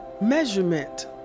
measurement